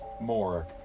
more